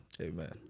amen